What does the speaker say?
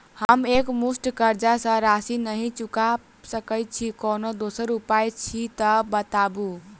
हम एकमुस्त कर्जा कऽ राशि नहि चुका सकय छी, कोनो दोसर उपाय अछि तऽ बताबु?